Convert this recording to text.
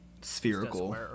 spherical